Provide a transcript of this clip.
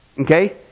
okay